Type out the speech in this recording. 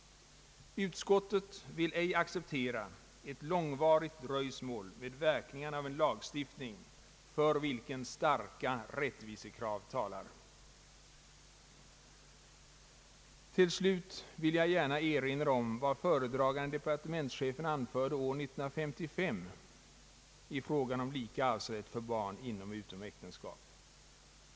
Utskottet vill ej acceptera ett långvarigt dröjsmål med verkningarna av en lagstiftning, för vilken starka rättvisekrav talar. Till slut vill jag gärna erinra om vad föredragande departementschefen anförde år 1955 i frågan om lika arvsrätt för barn inom och utom äktenskap.